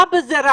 מה רע בזה?